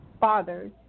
fathers